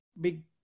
big